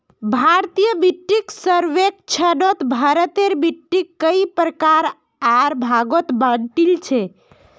भारतीय मिट्टीक सर्वेक्षणत भारतेर मिट्टिक कई प्रकार आर भागत बांटील छे